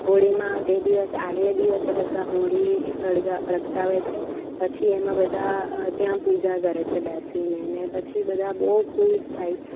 હોળીમાં તે દિવસ આગલે દિવસે બધા હોળી સળગા પ્રગટાવે છે પછી એમાં બધા ત્યાં પૂજા કરે છે બેસીને ને પછી બધા બહુ ખુશ થાય